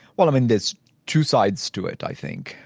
well i mean there's two sides to it i think.